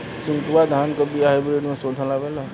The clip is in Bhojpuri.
चिन्टूवा धान क बिया हाइब्रिड में शोधल आवेला?